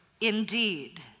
Indeed